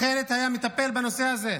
אחרת היה מטפל בנושא הזה,